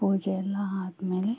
ಪೂಜೆ ಎಲ್ಲ ಆದಮೇಲೆ